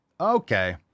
Okay